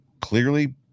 clearly